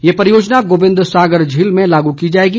यह परियोजना गोबिंद सांगर झील में लागू की जाएगी